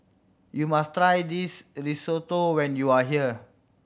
you must try this Risotto when you are here